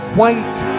white